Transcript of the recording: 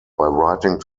writing